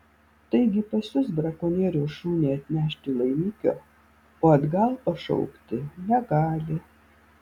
taigi pasiųs brakonierius šunį atnešti laimikio o atgal pašaukti negali